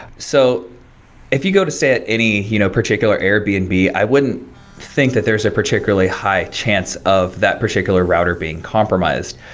so if you go to stay at any you know particular airbnb, and i wouldn't think that there's a particularly high chance of that particular router being compromised.